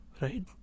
right